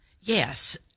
Yes